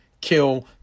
kill